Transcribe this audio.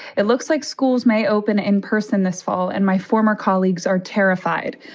it looks like schools may open in person this fall and my former colleagues are terrified.